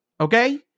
Okay